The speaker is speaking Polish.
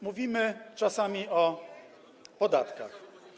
Mówimy czasami o podatkach.